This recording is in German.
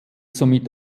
somit